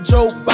Joe